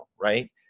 right